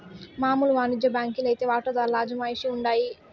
మామూలు వానిజ్య బాంకీ లైతే వాటాదార్ల అజమాయిషీల ఉండాయి